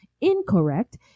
incorrect